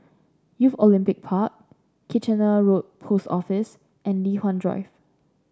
Youth Olympic Park Kitchener Road Post Office and Li Hwan Drive